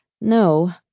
No